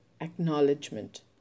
acknowledgement